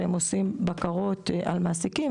שהם עושים בקרות על מעסיקים,